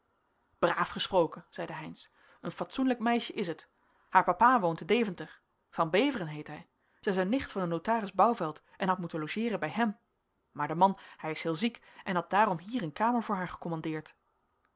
braaf gesproken zeide heynsz een fatsoenlijk meisje is het haar papa woont te deventer van beveren heet hij zij is een nicht van den notaris bouvelt en had moeten logeeren bij hem maar de man hij is heel ziek en had daarom hier een kamer voor haar